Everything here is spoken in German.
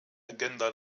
agenda